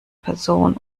person